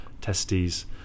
testes